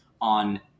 on